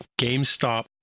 GameStop